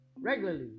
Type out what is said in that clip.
regularly